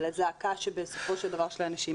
על הזעקה של האנשים,